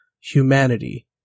humanity